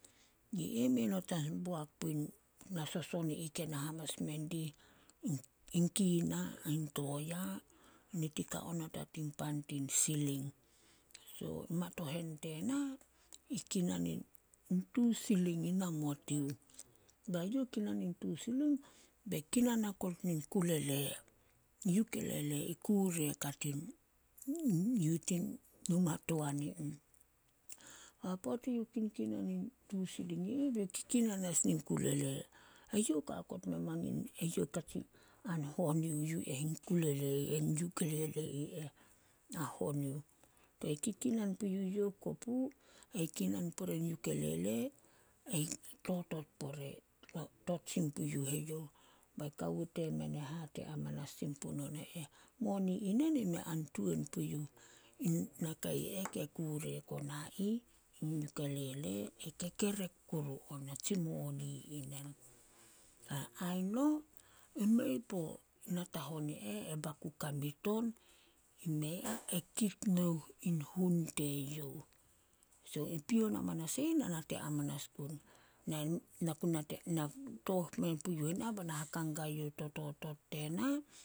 Mei not a boak pui na soson i ih ke na amanas mendih, in kina ain toea. Nit i ka onot a tin pan tin siling. So, in matohen tena i kinan in tu siling i namot yuh. Bai youh kinan in tu siling bai kinan okot nin kulele, ukelele i kurek a tin yi tin numa toan i ih. Poat eyouh kikinan in tu siling i ih, be kikinan as nin kulele. Eyouh kao kot meo mangin, eyouh a hon yuh yu eh in kulele eh a hon yuh. Ai kikinan pu kopu, ai kinan pore i ukelele ai totot pore. tot sin puyuh eyouh. Bain kawo temen hate manas sin pune eh, Moni inen mei a tuan puh nakai eh ke kurek ona ih, e kekerek on. E kekerek kuru on atsi moni i nen. Ai no mei puo natahon ni eh e baku kamit on, i mei ah, e kit nouh in hun teyouh. So i pion amanas e ih nai nate manas gun tooh men puyuh ena bai na haka guai youh to totot tena.